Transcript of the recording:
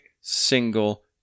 single